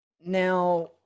now